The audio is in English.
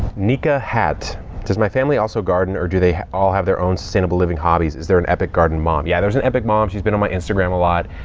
nikahatt does my family also garden or do they all have their own sustainable living hobbies? is there an epic garden mom? yeah, there's an epic mom. she's been on my instagram a lot.